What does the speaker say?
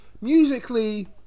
musically